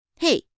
Hey